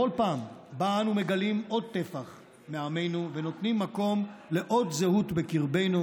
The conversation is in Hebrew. בכל פעם שאנו מגלים עוד טפח מעמנו ונותנים מקום לעוד זהות בקרבנו,